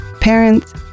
parents